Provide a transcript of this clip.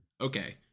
Okay